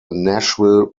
nashville